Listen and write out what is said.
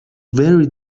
very